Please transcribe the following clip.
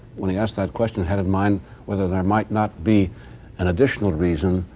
when he asked that question, had in mind whether there might not be an additional reason,